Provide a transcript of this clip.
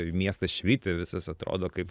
miestas švyti visas atrodo kaip